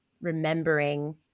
remembering